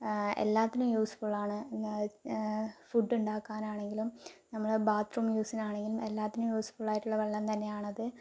ആ എല്ലാത്തിനും യൂസ്ഫുൾ ആണ് ഫുഡ് ഉണ്ടാക്കാനാണെങ്കിലും നമ്മള് ബാത്ത് റൂം യൂസ് ചെയ്യാനാണെങ്കിലും എല്ലാത്തിനും യൂസ് ഫുൾ ആയിട്ടുള്ള വെള്ളം തന്നെയാണത്